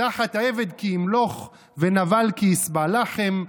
תחת עבד כי ימלוך ונבל כי ישבע לחם.